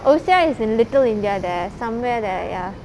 O_C_I is in little india there somewhere there ya